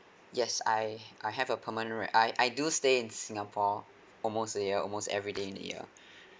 yes I I have a permanent re~ I I do stay in singapore almost a year almost everyday in a year